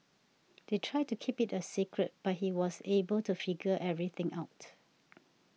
they tried to keep it a secret but he was able to figure everything out